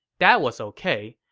that was ok,